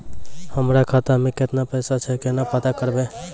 हमरा खाता मे केतना पैसा छै, केना पता करबै?